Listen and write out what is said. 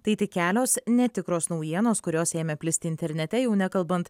tai tik kelios netikros naujienos kurios ėmė plisti internete jau nekalbant